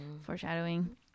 Foreshadowing